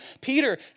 Peter